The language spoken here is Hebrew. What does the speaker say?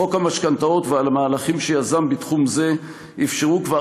חוק המשכנתאות והמהלכים שיזם בתחום זה אפשרו כבר